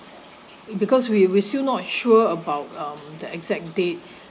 it because we we still not sure about um the exact date